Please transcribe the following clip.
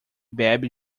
bebe